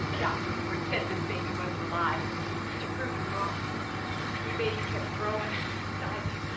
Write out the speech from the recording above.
dr. ford said this baby wasn't alive to prove him wrong your baby kept growing inside you